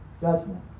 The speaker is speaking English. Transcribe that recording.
judgment